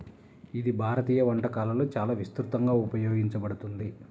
ఇది భారతీయ వంటకాలలో చాలా విస్తృతంగా ఉపయోగించబడుతుంది